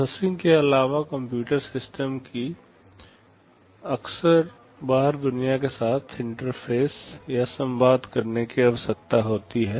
processing के अलावा computer system को अक्सर बाहरी दुनिया के साथ इंटरफ़ेस या संवाद करने की आवश्यकता होती है